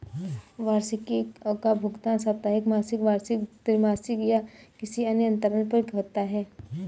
वार्षिकी का भुगतान साप्ताहिक, मासिक, वार्षिक, त्रिमासिक या किसी अन्य अंतराल पर होता है